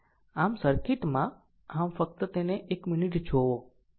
આમ સર્કિટમાં આમ ફક્ત એક મિનિટ જોવો